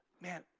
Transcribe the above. Man